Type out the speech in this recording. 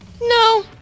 No